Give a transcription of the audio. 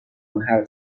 منحل